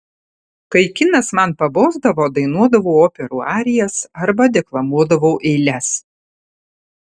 kai kinas man pabosdavo dainuodavau operų arijas arba deklamuodavau eiles